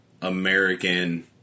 American